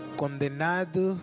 condenado